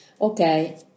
Okay